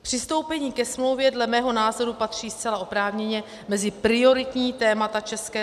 Přistoupení ke smlouvě dle mého názoru patří zcela oprávněně mezi prioritní témata ČR.